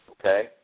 Okay